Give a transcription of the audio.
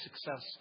success